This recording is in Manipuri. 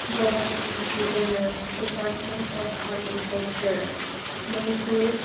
ꯒꯣꯕꯔꯃꯦꯟꯀꯤꯗꯅ department of art and culture Manipur